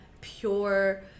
pure